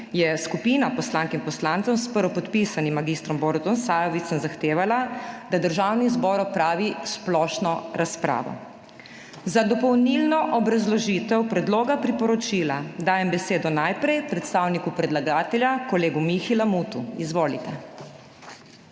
je skupina poslank in poslancev, s prvopodpisanim mag. Borutom Sajovicem zahtevala, da Državni zbor opravi splošno razpravo. Za dopolnilno obrazložitev predloga priporočila dajem besedo najprej predstavniku predlagatelja, kolegu Mihi Lamutu. Izvolite.